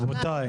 רבותי,